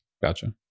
gotcha